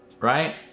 Right